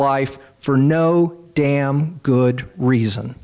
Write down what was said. life for no damn good reason